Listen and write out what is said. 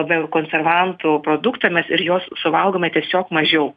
be konservantų produktą mes ir jos suvalgome tiesiog mažiau